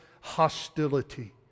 hostility